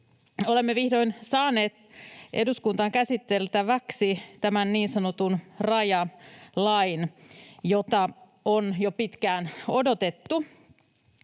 Olemme vihdoin saaneet eduskuntaan käsiteltäväksi tämän niin sanotun rajalain, jota on jo pitkään odotettu.